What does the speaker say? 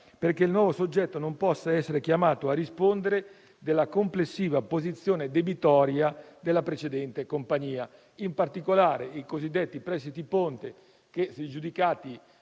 perché il nuovo soggetto non possa essere chiamato a rispondere della complessiva posizione debitoria della precedente compagnia. In particolare, i cosiddetti prestiti ponte, che sono stati